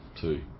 Two